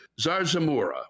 Zarzamora